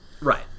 Right